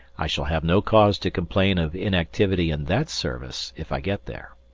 i shall have no cause to complain of inactivity in that service, if i get there.